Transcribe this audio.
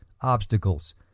obstacles